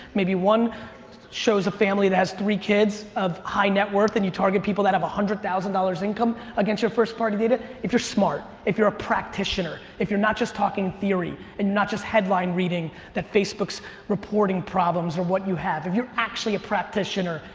maybe one shows a family that has three kids of high net worth, and you target people that have one hundred thousand dollars income against your first party data. if you're smart, if you're a practitioner, if you're not just talking theory and not just headline reading that facebook's reporting problems or what you have, if you're actually a practitioner,